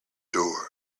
door